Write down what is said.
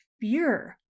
fear